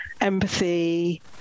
empathy